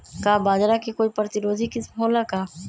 का बाजरा के कोई प्रतिरोधी किस्म हो ला का?